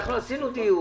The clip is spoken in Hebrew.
אנחנו ערכנו דיון,